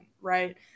right